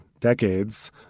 decades